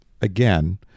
again